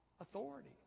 authority